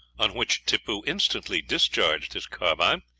on which tippoo instantly discharged his carbine,